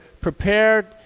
prepared